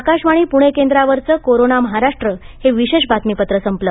आकाशवाणी पुणे केंद्रावरचं कोरोना महाराष्ट्र हे विशेष बातमीपत्र संपलं